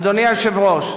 אדוני היושב-ראש,